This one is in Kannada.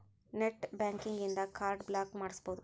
ನೆಟ್ ಬ್ಯಂಕಿಂಗ್ ಇನ್ದಾ ಕಾರ್ಡ್ ಬ್ಲಾಕ್ ಮಾಡ್ಸ್ಬೊದು